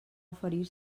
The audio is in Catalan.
oferir